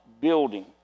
building